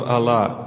Allah